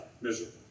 miserable